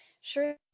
Sure